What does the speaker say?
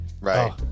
Right